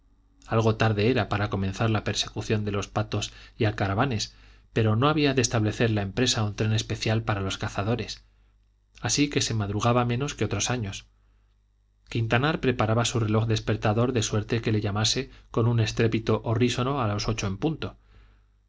algo tarde era para comenzar la persecución de los patos y alcaravanes pero no había de establecer la empresa un tren especial para los cazadores así que se madrugaba menos que otros años quintanar preparaba su reloj despertador de suerte que le llamase con un estrépito horrísono a las ocho en punto